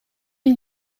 une